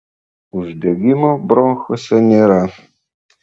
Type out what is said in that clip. uždegimo bronchuose nėra